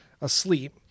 asleep